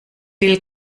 will